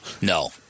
No